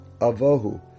Avohu